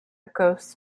ghost